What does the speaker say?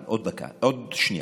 עוד דקה, עוד שנייה.